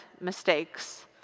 mistakes